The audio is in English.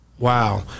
Wow